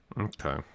okay